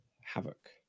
havoc